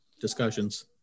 discussions